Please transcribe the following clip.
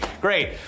Great